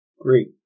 Great